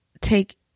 take